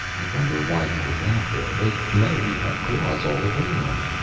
i wonder why he was out there. they know we have claws all around.